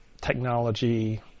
technology